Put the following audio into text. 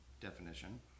definition